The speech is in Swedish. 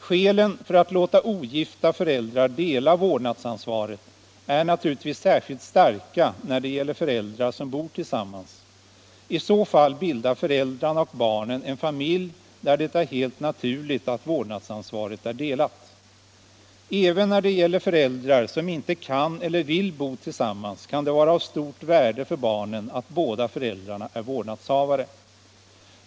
Skälen för att låta ogifta föräldrar dela vårdnadsansvaret är naturligtvis särskilt starka när det gäller föräldrar som bor tillsammans. I så fall bildar föräldrarna och barnen en familj där det är helt naturligt att vårdnadsansvaret är delat. Även när det gäller föräldrar som inte kan eller vill bo tillsammans kan det vara av stort värde för barnen att båda föräldrarna är vårdnadshavare.